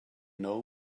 know